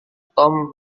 tom